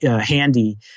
handy